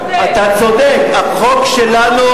אתה צודק, החוק שלנו,